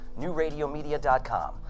NewRadioMedia.com